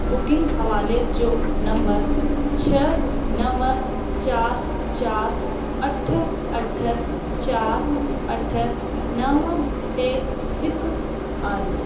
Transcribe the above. booking हवाले जो number छह नव चारि चारि अठ अठ चारि अठ नव टे हिकु आहे